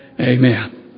Amen